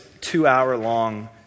two-hour-long